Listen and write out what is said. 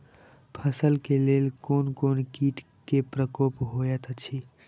फसल के लेल कोन कोन किट के प्रकोप होयत अछि?